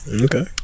Okay